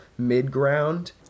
midground